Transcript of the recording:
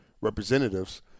representatives